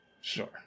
Sure